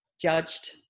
judged